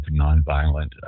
nonviolent